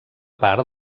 part